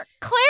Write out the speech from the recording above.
Claire